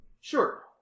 Sure